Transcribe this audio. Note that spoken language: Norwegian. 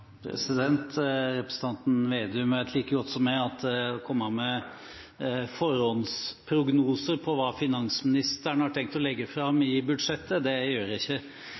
Representanten Vedum vet like godt som meg at å komme med forhåndsprognoser om hva finansministeren har tenkt å legge fram i budsjettet, gjør jeg ikke.